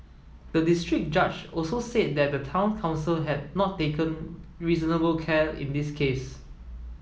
the district judge also said that the town council had not taken reasonable care in this case